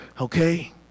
Okay